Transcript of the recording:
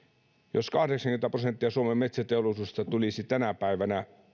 jos kahdeksankymmentä prosenttia suomen metsäteollisuudesta tulisi tänä päivänä